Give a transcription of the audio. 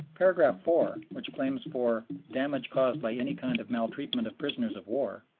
paragraph four, which claims for damage caused by any kind of maltreatment of prisoners of war,